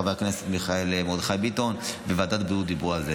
חבר הכנסת מיכאל מרדכי ביטון דיבר על זה בוועדת בריאות.